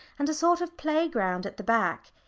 and a sort of playground at the back.